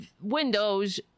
windows